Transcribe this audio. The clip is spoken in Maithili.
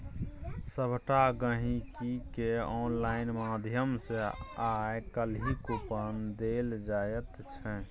सभटा गहिंकीकेँ आनलाइन माध्यम सँ आय काल्हि कूपन देल जाइत छै